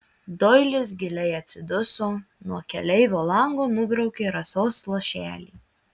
doilis giliai atsiduso nuo keleivio lango nubraukė rasos lašelį